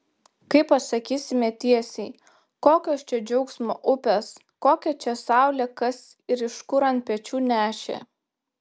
kai pasakysime tiesiai kokios čia džiaugsmo upės kokią čia saulę kas ir iš kur ant pečių nešė